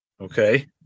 okay